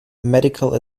medical